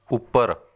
ਉੱਪਰ